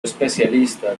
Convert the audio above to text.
especialista